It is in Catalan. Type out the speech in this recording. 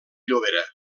llobera